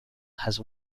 has